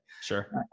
Sure